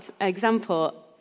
example